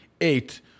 eight